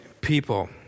people